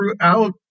throughout